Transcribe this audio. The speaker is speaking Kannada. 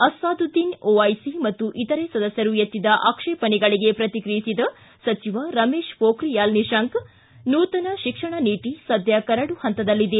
ಅಸಾದುದ್ದೀನ್ ಓವೈಸಿ ಮತ್ತು ಇತರೆ ಸದಸ್ಯರು ಎತ್ತಿದ ಆಕ್ಷೇಪಣೆಗಳಿಗೆ ಪ್ರತಿಕ್ರಿಯಿಸಿದ ಸಚಿವ ರಮೇಶ ಪೊಖ್ರಿಯಾಲ್ ನಿಶಾಂಕ ನೂತನ ಶಿಕ್ಷಣ ನೀತಿ ಸದ್ಯ ಕರಡು ಹಂತದಲ್ಲಿದೆ